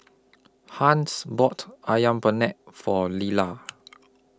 Hans bought Ayam Penyet For Leala